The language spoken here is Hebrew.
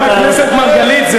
חבר הכנסת מרגלית,